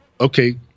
okay